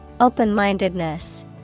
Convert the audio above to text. Open-mindedness